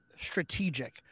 strategic